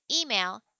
Email